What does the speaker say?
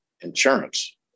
insurance